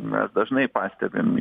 mes dažnai pastebim